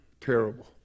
Terrible